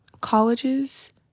colleges